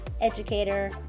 educator